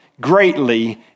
greatly